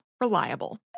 Reliable